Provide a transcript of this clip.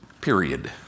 Period